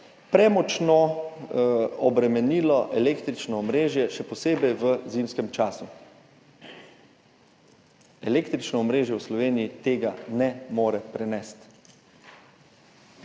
premočno obremenilo električno omrežje, še posebej v zimskem času. Električno omrežje v Sloveniji tega ne more prenesti.